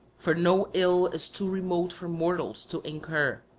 for no ill is too remote for mortals to incur,